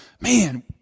man